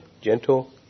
gentle